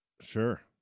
Sure